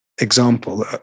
example